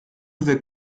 wir